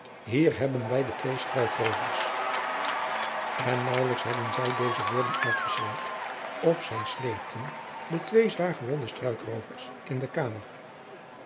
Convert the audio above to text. hier hebben wij de twee struikroovers en naauwelijks hadden zij deze woorden uitgeschreeuwd of zij sleepten de twee zwaar gewonde struikroovers in de kamer